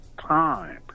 time